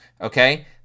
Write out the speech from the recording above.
okay